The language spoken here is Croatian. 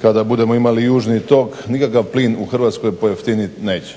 kada budemo imali južni tok. Nikakav plin u Hrvatskoj pojeftiniti neće.